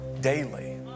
daily